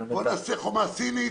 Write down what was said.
בוא נעשה חומה סינית.